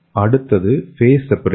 அடுத்தது phase separation